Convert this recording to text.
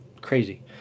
crazy